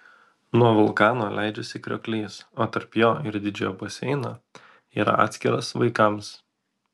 nuo vulkano leidžiasi krioklys o tarp jo ir didžiojo baseino yra atskiras vaikams